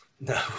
No